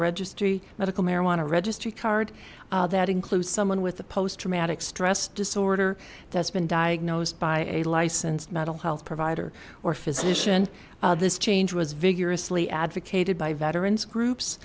registry medical marijuana registry card that includes someone with a post traumatic stress disorder that's been diagnosed by a licensed mental health provider or physician this change was vigorously advocated by veterans groups